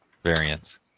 Variants